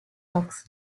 rocks